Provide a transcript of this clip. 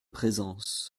présence